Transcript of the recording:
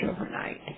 overnight